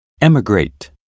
emigrate